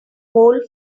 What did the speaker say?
whole